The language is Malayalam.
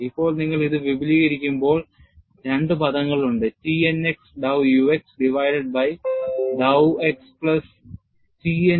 ഇപ്പോൾ നിങ്ങൾ ഇത് വിപുലീകരിക്കുമ്പോൾ രണ്ട് പദങ്ങളുണ്ട് T n x dow ux divided by dow x plus T n y dow uy divided by dow x